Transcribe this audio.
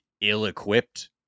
ill-equipped